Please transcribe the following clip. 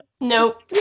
nope